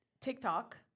TikTok